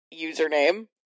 username